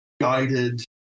guided